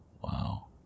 Wow